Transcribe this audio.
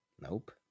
Nope